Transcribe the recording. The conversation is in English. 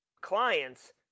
clients